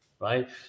right